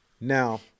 Now-